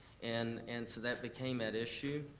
and and so that became that issue.